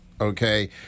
okay